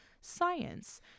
science